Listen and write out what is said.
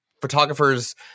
photographers